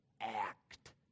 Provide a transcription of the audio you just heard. act